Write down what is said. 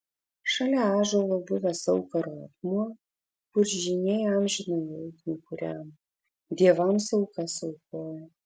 šalia ąžuolo buvęs aukuro akmuo kur žyniai amžinąją ugnį kūreno dievams aukas aukojo